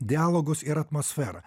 dialogus ir atmosferą